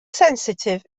sensitif